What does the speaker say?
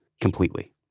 completely